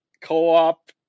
co-op